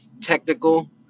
Technical